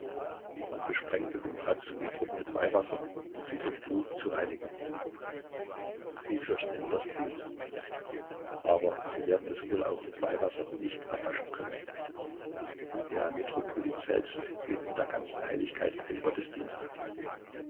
man besprengte den platz und die truppen mit weihwasser um sie vom blut zu reinigen sie fürchten immer das blut aber sie werden es wohl auch mit weihwasser nicht abwaschen können der metropolit selbst hielt mit der ganzen heiligkeit den gottesdienst ab